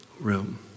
room